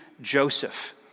Joseph